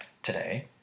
Today